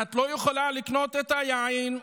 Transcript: את לא יכולה לקנות את היין,